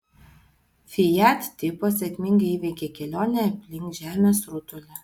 fiat tipo sėkmingai įveikė kelionę aplink žemės rutulį